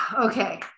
Okay